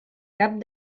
cap